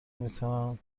میتوان